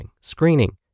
screening